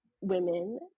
women